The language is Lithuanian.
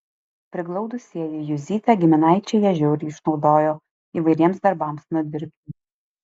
priglaudusieji juzytę giminaičiai ją žiauriai išnaudojo įvairiems darbams nudirbti